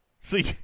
See